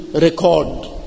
record